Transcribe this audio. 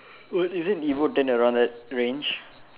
what is it evo ten around that range